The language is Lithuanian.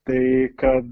tai kad